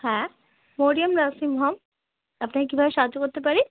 হ্যাঁ Mariam nursing home আপনাকে কীভাবে সাহায্য করতে পারি